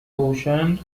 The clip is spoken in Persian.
باشند